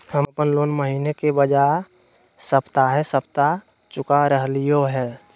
हम अप्पन लोन महीने के बजाय सप्ताहे सप्ताह चुका रहलिओ हें